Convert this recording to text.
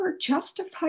justified